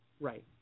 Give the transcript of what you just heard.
Right